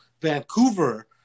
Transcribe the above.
Vancouver